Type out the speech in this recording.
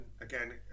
again